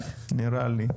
נראה לי.